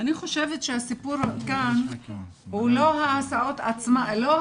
אני חושבת שהסיפור כאן הוא לא התשלום